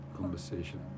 conversation